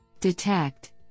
Detect